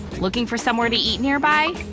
looking for somewhere to eat nearby?